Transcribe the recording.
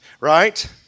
right